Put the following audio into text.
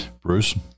Bruce